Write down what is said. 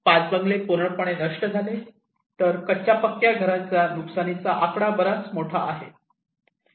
पाच बंगले पूर्णपणे नष्ट झाले तर कच्चा पक्क्या घरांच्या नुकसानीचा आकडा बराच मोठा आहे